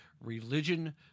religion